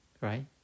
right